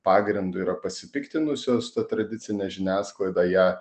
pagrindu yra pasipiktinusios tradicine žiniasklaida ją